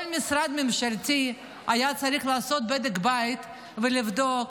כל משרד ממשלתי היה צריך לעשות בדק בית ולבדוק